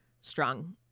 strong